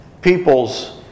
people's